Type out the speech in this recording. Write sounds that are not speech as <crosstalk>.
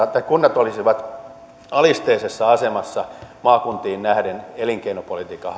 <unintelligible> että kunnat olisivat alisteisessa asemassa maakuntiin nähden elinkeinopolitiikan <unintelligible>